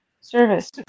service